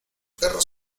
perros